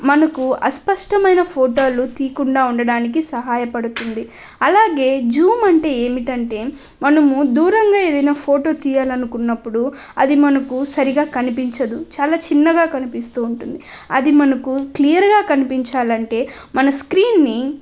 మనకు అస్పష్టమైన ఫోటోలు తీయకుండా ఉండడానికి సహాయపడుతుంది అలాగే జూమ్ అంటే ఏంటంటే మనము దూరంగా ఏదైనా ఫోటో తీయాలి అనుకున్నప్పుడు అది మనకు సరిగా కనిపించదు చాలా చిన్నగా కనిపిస్తు ఉంటుంది అది మనకు క్లియర్గా కనిపించాలి అంటే మన స్క్రీన్ని